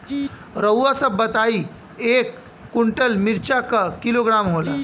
रउआ सभ बताई एक कुन्टल मिर्चा क किलोग्राम होला?